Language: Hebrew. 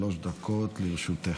שלוש דקות לרשותך.